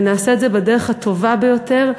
ונעשה את זה בדרך הטובה ביותר.